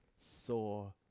saw